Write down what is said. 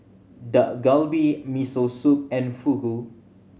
Dak Galbi Miso Soup and Fugu